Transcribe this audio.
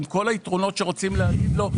עם כל היתרונות שרוצים להביא לו,